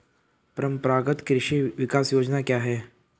परंपरागत कृषि विकास योजना क्या है?